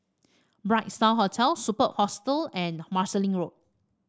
Bright Star Hotel Superb Hostel and Marsiling Road